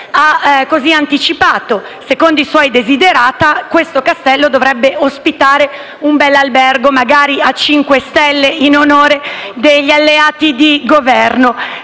ha così anticipato: secondo i suoi desiderata, il castello dovrebbe ospitare un bell'albergo, magari a cinque stelle, in onore degli alleati di Governo,